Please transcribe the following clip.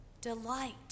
Delight